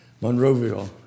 Monrovia